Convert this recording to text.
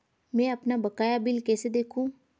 मैं अपना बकाया बिल कैसे देखूं?